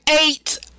eight